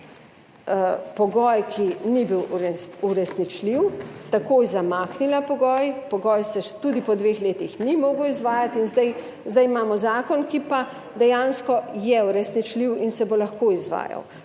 pogoj, ki ni bil uresničljiv, takoj zamaknila pogoj, pogoj se tudi po dveh letih ni mogel izvajati. In zdaj, zdaj imamo zakon, ki pa dejansko je uresničljiv in se bo lahko izvajal.